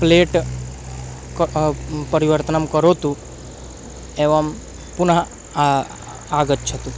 plate क परिवर्तनं करोतु एवं पुनः आगच्छतु